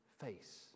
face